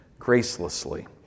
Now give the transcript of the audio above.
gracelessly